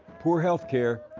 poor health care,